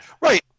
Right